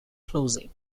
closing